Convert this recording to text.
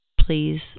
Please